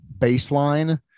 baseline